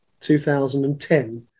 2010